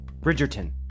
Bridgerton